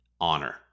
honor